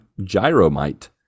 Gyromite